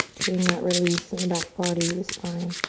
getting that release in the back body, the spine.